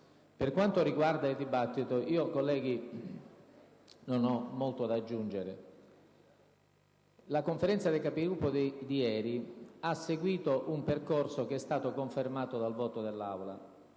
Per quanto riguarda il dibattito, colleghi, non ho molto da aggiungere, nel senso che la Conferenza dei Capigruppo di ieri ha seguito un percorso che è stato confermato dal voto dell'Aula.